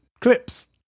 clips